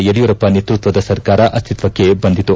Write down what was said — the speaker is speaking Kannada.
ಯಡಿಯೂರಪ್ಪ ನೇತೃತ್ವದ ಸರ್ಕಾರ ಅಸ್ತಿತ್ವಕ್ಕೆ ಬಂದಿತು